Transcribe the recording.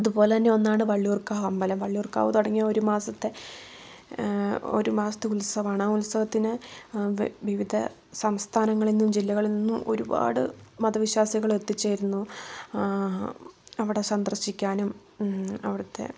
അതുപോലെ തന്നെ ഒന്നാണ് വള്ളിയൂർകാവ് അമ്പലം വള്ളിയൂർകാവ് തുടങ്ങിയ ഒരുമാസത്തെ ഒരുമാസത്തെ ഉൽസവാണ് ആ ഉത്സവത്തിന് വിവിധ സംസ്ഥാനങ്ങളിൽ നിന്നും ജില്ലകളിൽ നിന്നും ഒരുപാട് മതവിശ്വാസികൾ എത്തിച്ചേരുന്നു ആ അവിടെ സന്ദർശിക്കാനും അവിടുത്തെ